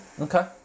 Okay